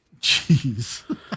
jeez